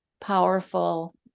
powerful